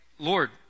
Lord